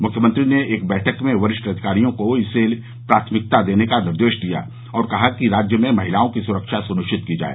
मुख्यमंत्री ने एक बैठक में वरिष्ठ सरकारी अधिकारियों को इसे प्राथमिकता देने का निर्देश दिया और कहा कि राज्य में महिलाओं की सुरक्षा सुनिश्चित की जाए